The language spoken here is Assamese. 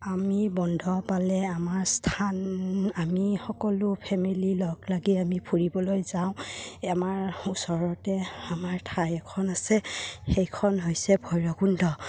আমি বন্ধ পালে আমাৰ স্থান আমি সকলো ফেমিলি লগ লাগি আমি ফুৰিবলৈ যাওঁ আমাৰ ওচৰতে আমাৰ ঠাই এখন আছে সেইখন হৈছে ভৈৰৱকুণ্ড